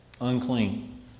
unclean